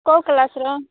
କେଉଁ କ୍ଲାସର